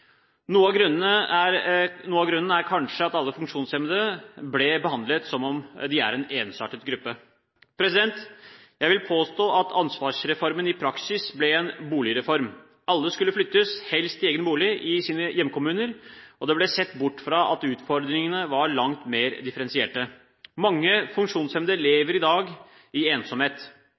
Noe av grunnen er kanskje at alle funksjonshemmede ble behandlet som om de er en ensartet gruppe. Jeg vil påstå at ansvarsreformen i praksis ble en boligreform. Alle skulle flyttes, helst til egen bolig, i sine hjemkommuner, og det ble sett bort fra at utfordringene var langt mer differensierte. Mange funksjonshemmede lever i dag i ensomhet.